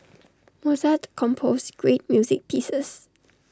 Mozart composed great music pieces